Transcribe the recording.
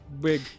Big